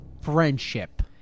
Friendship